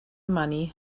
money